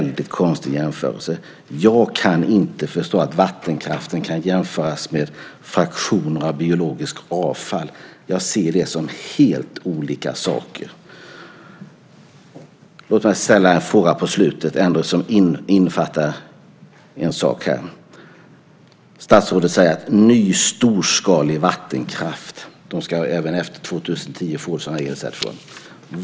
Jag kan inte förstå att vattenkraften kan jämföras med fraktioner av biologiskt avfall. Jag ser det som helt olika saker. Låt mig ställa en fråga. Statsrådet säger att ny storskalig vattenkraft även efter 2010 ska få elcertifikat.